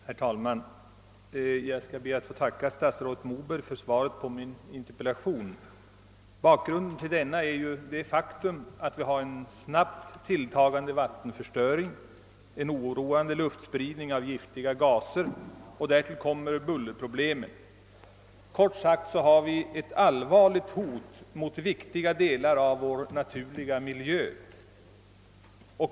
Herr talman! Jag ber att få tacka statsrådet Moberg för svaret på min interpellation. Bakgrunden till interpellationen är det faktum att vi har en snabbt tilltagande vattenförstöring och en oroande luftspridning av giftiga gaser. Därtill kommer bullerproblemet. Kort sagt, det föreligger ett allvarligt hot mot viktiga delar av vår naturliga miljö.